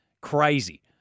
crazy